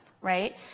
right